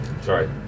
Sorry